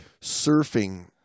Surfing